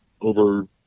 over